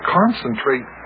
concentrate